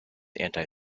anti